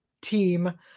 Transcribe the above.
team